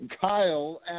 Kyle